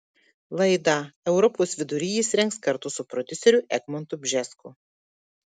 laidą europos vidury jis rengs kartu su prodiuseriu egmontu bžesku